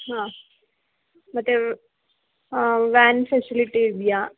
ಹಾಂ ಮತ್ತೆ ಹಾಂ ವ್ಯಾನ್ ಫೆಸಿಲಿಟಿ ಇದೆಯಾ